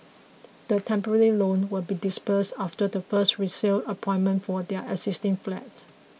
the temporary loan will be disbursed after the first resale appointment for their existing flat